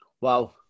Wow